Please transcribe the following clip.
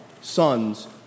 sons